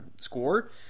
score